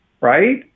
right